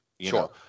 Sure